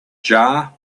jar